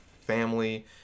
family